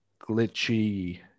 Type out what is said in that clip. glitchy